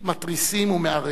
מתריסים ומערערים?